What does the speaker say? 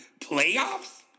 playoffs